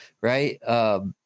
right